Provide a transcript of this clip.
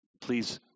please